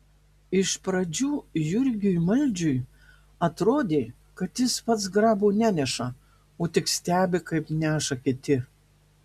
iš pradžių jurgiui maldžiui atrodė kad jis pats grabo neneša o tik stebi kaip neša kiti